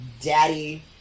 daddy